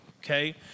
okay